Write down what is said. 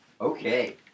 Okay